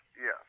Yes